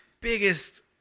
biggest